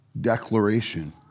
declaration